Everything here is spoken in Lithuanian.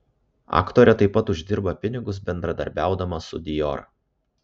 aktorė taip pat uždirba pinigus bendradarbiaudama su dior